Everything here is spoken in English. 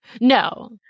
No